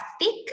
thick